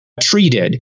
treated